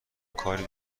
کاری